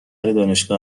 دانشگاه